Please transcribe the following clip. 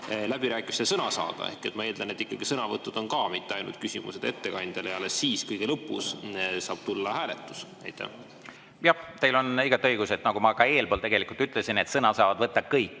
läbirääkimistel sõna saada. Ma eeldan, et ikka sõnavõtud on ka, mitte ainult küsimused ettekandjale, ja alles siis, kõige lõpus saab tulla hääletus. Jah, teil on igati õigus! Ma ka eespool tegelikult ütlesin, et sõna saavad võtta kõik